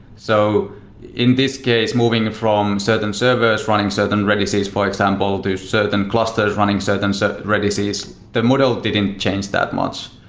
so in this case, moving from certain servers, running certain read ices, for example, there's certain clusters running certain so read ices the model didn't change that much.